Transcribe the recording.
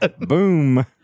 boom